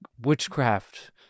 witchcraft